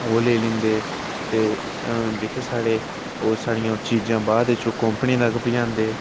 ओह् लेई लैंदे जेके साढ़े किश चीज़ां बाद च कंपनी तक पजांदे